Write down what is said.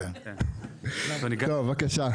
בבקשה.